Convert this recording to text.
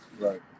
Right